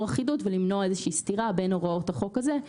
אחידות ולמנוע איזושהי סתירה בין הוראות החוק הזה.